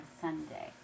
Sunday